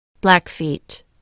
Blackfeet